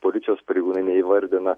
policijos pareigūnai neįvardina